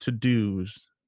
to-dos